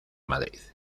madrid